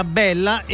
bella